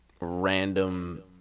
random